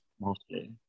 mostly